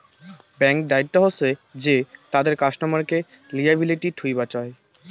ব্যাঙ্ক্ত দায়িত্ব হসে যে তাদের কাস্টমারকে লিয়াবিলিটি থুই বাঁচায়